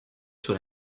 sur